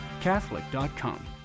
Catholic.com